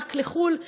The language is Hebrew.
רק לחו"ל,